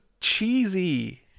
cheesy